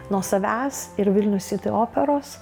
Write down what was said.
nuo savęs ir vilnius city operos